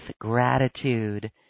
gratitude